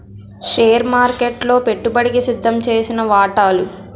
share మార్కెట్లలో పెట్టుబడికి సిద్దంచేసిన వాటాలు